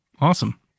awesome